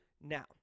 Now